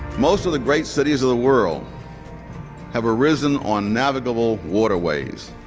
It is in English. most of the great cities of the world have arisen on navigable waterways,